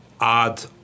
add